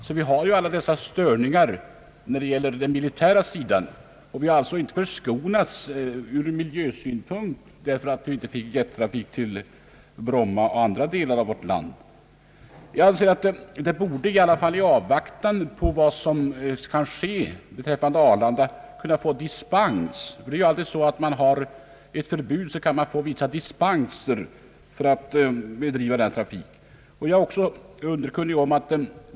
Vi har alltså alla dessa störningar när det gäller den militära sidan, och vi är sålunda ur miljösynpunkt inte förskonade, därför att vi inte får jettrafik till Bromma och andra delar av vårt land. Jag anser att man i alla fall borde kunna få dispens i avvaktan på vad som kan ske beträffande Arlanda. Om det finns ett förbud så finns det ju alltid vissa möjligheter att ge dispens för sådan trafik.